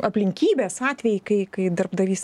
aplinkybės atvejai kai kai darbdavys